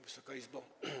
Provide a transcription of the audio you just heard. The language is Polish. Wysoka Izbo!